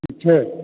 ठीक छै